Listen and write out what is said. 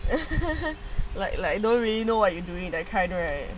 like like you don't really know what you doing that kind right